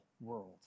world